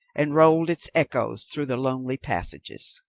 and rolled its echoes through the lonely passages.